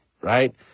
right